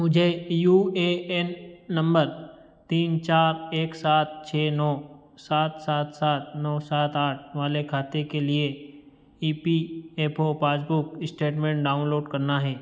मुझे U A N number तीन चार एक सात छः नौ सात सात सात नौ सात आठ वाले खाते के लिए E P F O passbook statement download करना है